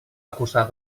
acusar